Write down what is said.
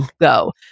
go